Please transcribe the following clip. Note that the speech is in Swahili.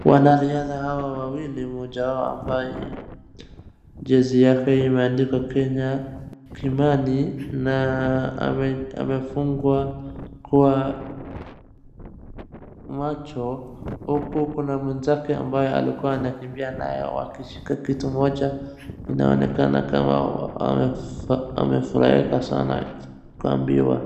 Wanariadha hawa wawili, mmoja wao ambaye jezi yake imeandikwa Kenya Kimani na amefungwa kwa macho huku kuna mwenzake ambaye alikua anakimbia nayeye wakishika kitu moja, inaonekana kama wamefurahika sana kuambiwa.